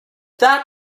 that